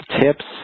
tips